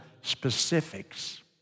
specifics